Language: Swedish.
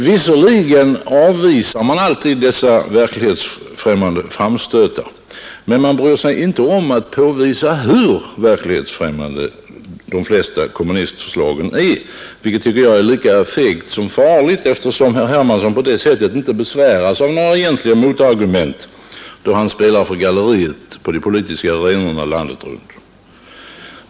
Visserligen avvisar man alltid dessa verklighetsfrämmande framstötar, men man bryr sig inte om att påvisa hur verklighetsfrämmande de flesta kommunistförslag är, vilket är lika fegt som farligt, eftersom herr Hermansson på det sättet inte besväras av några egentliga motargument, då han spelar för galleriet på de politiska arenorna landet runt.